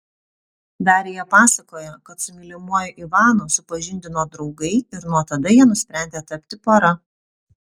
darija pasakoja kad su mylimuoju ivanu supažindino draugai ir nuo tada jie nusprendė tapti pora